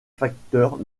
facteurs